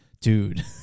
Dude